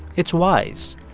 it's wise.